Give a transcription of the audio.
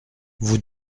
vous